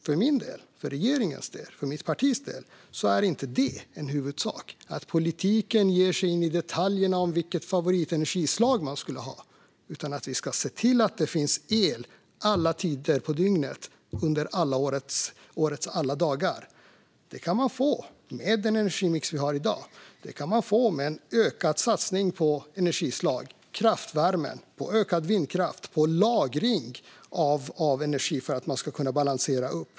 För min, regeringens och mitt partis del är detta - att politiken ger sig in i detaljerna om vilket favoritenergislag man skulle ha - inte huvudsaken, utan vi ska se till att det finns el alla tider på dygnet under årets alla dagar. Det kan man få med den energimix vi har i dag. Det kan man få med en ökad satsning på energislag - på kraftvärme, på ökad vindkraft och på lagring av energi för att man ska kunna balansera.